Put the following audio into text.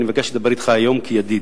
אני מבקש לדבר אתך היום כידיד,